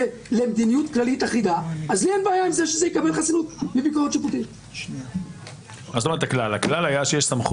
זה בעניין איך אותו בית משפט שלא יודע להעביר את הקו נכון